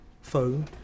phone